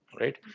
right